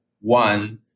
one